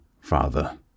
father